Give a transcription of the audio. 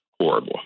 horrible